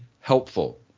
helpful